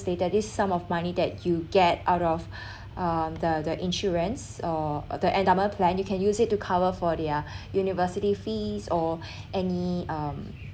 there's this sum of money that you get out of uh the the insurance or the endowment plan you can use it to cover for their university fees or any um